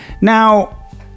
Now